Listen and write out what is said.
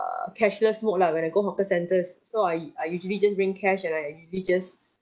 cashless mode lah when I go hawker centres so I I usually just bring cash and I maybe just